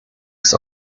ist